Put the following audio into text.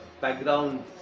background